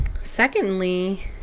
Secondly